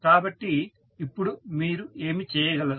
కాబట్టి ఇప్పుడు మీరు ఏమి చేయగలరు